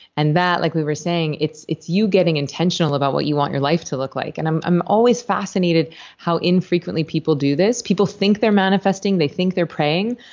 and that, like we were saying, it's it's you getting intentional about what you want your life to look like. and i'm i'm always fascinated how infrequently people do this. people think they're manifesting. they think they're praying.